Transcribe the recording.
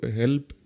help